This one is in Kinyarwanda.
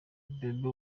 bobbi